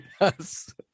Yes